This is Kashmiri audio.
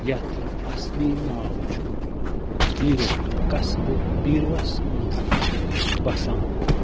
یَتھ اَصلی ناو چھُ بیٖروا قصبہٕ بیٖروَس منٛز چھِ أسۍ بَسان